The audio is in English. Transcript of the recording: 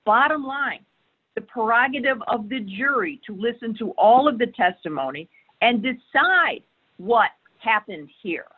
bottom line the prerogative of the jury to listen to all of the testimony and decide what happened here